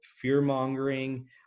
fear-mongering